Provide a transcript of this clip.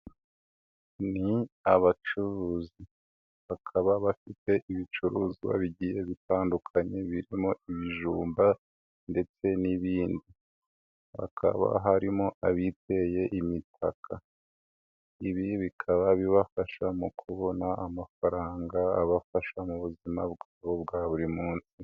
Ni abacuruzi, bakaba bafite ibicuruzwa bigiye bitandukanye, birimo ibijumba ndetse n'ibindi, hakaba harimo abiteye imitakaka, ibi bikaba bibafasha mu kubona amafaranga abafasha, mu buzima bwabo bwa buri munsi.